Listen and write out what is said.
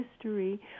history